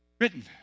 written